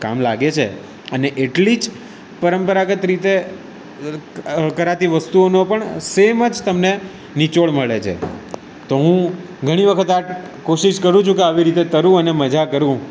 કામ લાગે છે અને એટલી જ પરંપરાગત રીતે કરાતી વસ્તુઓનો પણ સેમ જ તમને નિચોડ મળે છે તો હું ઘણી વખત આ કોશિશ કરું છું કે આવી રીતે તરું અને મજા કરું